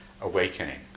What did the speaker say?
awakening